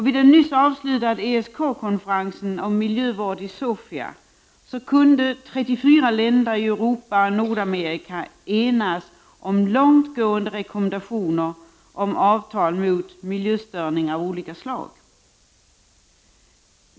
Vid den nyss avslutade ESK-konferensen om miljövård i Sofia kunde 34 länder i Europa och Nordamerika enas om långtgående rekommendationer om avtal mot miljöstörningar av olika slag.